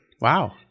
Wow